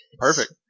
Perfect